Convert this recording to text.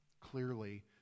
Clearly